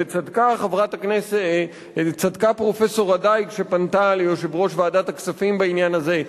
וצדקה פרופסור רדאי שפנתה ליושב-ראש ועדת הכספים בעניין הזה,